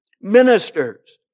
Ministers